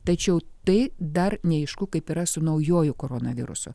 tačiau tai dar neaišku kaip yra su naujuoju koronavirusu